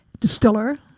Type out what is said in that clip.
distiller